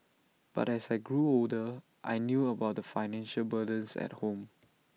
but as I grew older I knew about the financial burdens at home